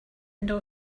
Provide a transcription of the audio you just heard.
know